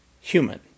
human